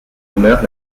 demeure